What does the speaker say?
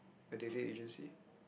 a dating agency